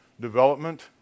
development